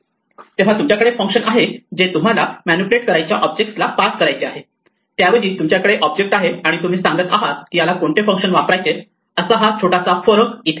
तेव्हा तुमच्याकडे फंक्शन आहे जे तुम्हाला मॅनिप्युलेट करायच्या ऑब्जेक्टला पास करायचे आहे त्याऐवजी तुमच्याकडे ऑब्जेक्ट आहे आणि तुम्ही सांगत आहात की याला कोणते फंक्शन वापरायचे असा हा छोटासा फरक इथे आहे